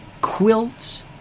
quilts